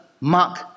Mark